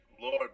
Lord